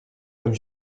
comme